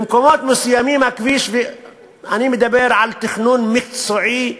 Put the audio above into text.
במקומות מסוימים, אני מדבר על תכנון מקצועי,